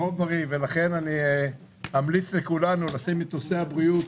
לכן אמליץ לכולנו לשים את נושא הבריאות